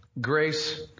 Grace